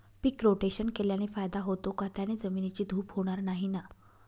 पीक rotation केल्याने फायदा होतो का? त्याने जमिनीची धूप होणार नाही ना?